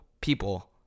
people